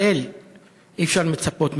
ברקו (הליכוד): 7 טלב אבו עראר (הרשימה המשותפת):